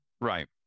Right